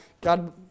God